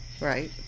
right